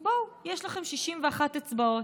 בואו, יש לכם 61 אצבעות.